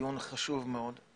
דיון חשוב מאוד.